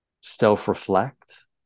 self-reflect